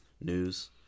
news